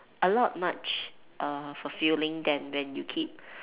a lot much uh fulfilling than when you keep